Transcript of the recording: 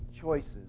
choices